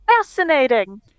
Fascinating